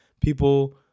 People